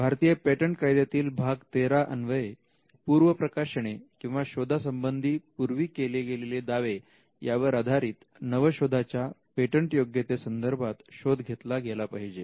भारतीय पेटंट कायद्यातील भाग 13 अन्वये पूर्व प्रकाशने किंवा शोधा संबंधी पूर्वी केले गेलेले दावे यावर आधारित नवशोधाच्या पेटंटयोग्यते संदर्भात शोध घेतला गेला पाहिजे